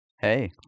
Hey